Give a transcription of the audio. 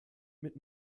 mit